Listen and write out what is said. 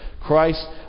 Christ